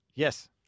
Yes